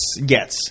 Yes